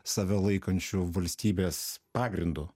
save laikančių valstybės pagrindu